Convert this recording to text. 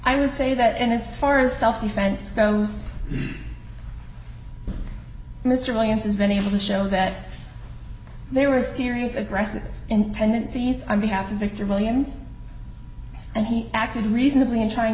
i would say that and as far as self defense goes mr williams has been able to show that they were serious aggressive and tendencies behalf of victor williams and he acted reasonably in trying